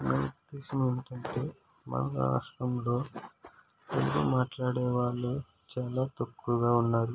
నా ఉద్దేశం ఏమిటంటే మన రాష్ట్రంలో తెలుగు మాట్లాడే వాళ్ళు చాలా తక్కువగా ఉన్నారు